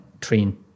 train